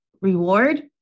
reward